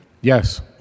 Yes